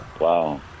Wow